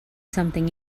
something